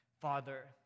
father